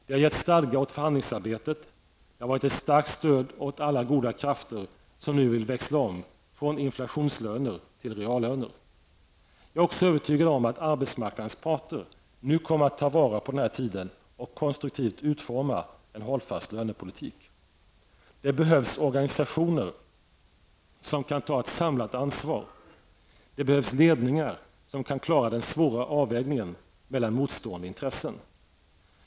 Det har gett stadga åt förhandlingsarbetet; det har varit ett starkt stöd åt alla goda krafter som nu vill växla om från inflationslöner till reallöner. Jag är också övertygad om att arbetsmarknadens parter nu kommer att ta vara på den här tiden och konstruktivt utforma en hållfast lönepolitik. Det behövs organisationer som kan ta ett samlat ansvar. Det behövs ledningar som kan klara den svåra avvägningen mellan motstående intressen.